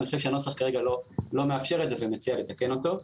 אני חושב שהנוסח כרגע לא מאפשר את זה ואני מציע לתקן אותו.